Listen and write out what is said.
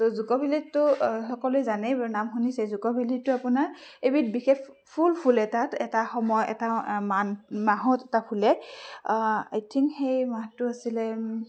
জুকো ভেলিতটো সকলোৱে জানেই বাৰু নাম শুনিছে জুকো ভেলিটো আপোনাৰ এবিধ বিশেষ ফুল ফুলে তাত এটা সময় এটা মান্থ মাহত এটা ফুলে আই থিংক সেই মাহটো আছিলে